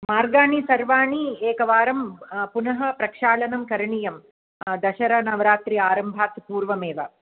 मार्गाः सर्वाः एकवारं पुनः प्रक्षालनं करणीयं दसरा नवरात्रि आरम्भात् पूर्वमेव